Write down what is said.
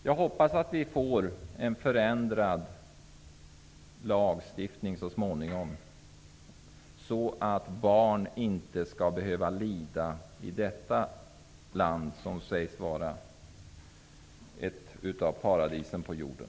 Jag hoppas att vi får en förändrad lagstiftning så småningom, så att barn inte skall behöva lida i detta land som sägs vara ett av paradisen på jorden.